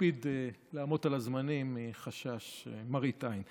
אקפיד לעמוד על הזמנים מחשש למראית עין.